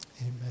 Amen